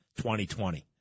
2020